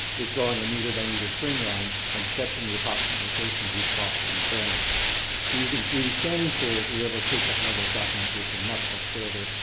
is drawing a meter by meter string line and sketching the approximate location of each fossil in the ground. so using three d scanning tools we were able to take that level of documentation much, much further.